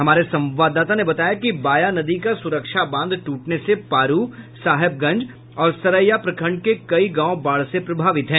हमारे संवाददाता ने बताया कि बाया नदी का सुरक्षा बांध टूटने से पारू साहेबगंज और सरैया प्रखंड के कई गांव बाढ़ से प्रभावित है